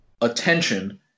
attention